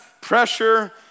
pressure